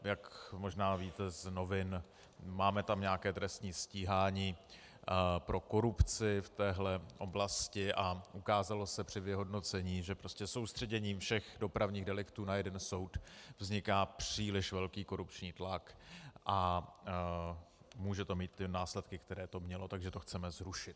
Jak možná víte z novin, máme tam nějaké trestní stíhání pro korupci v téhle oblasti a ukázalo se při vyhodnocení, že prostě soustředěním všech dopravních deliktů na jeden soud vzniká příliš velký korupční tlak a může to mít i následky, které to mělo, takže to chceme zrušit.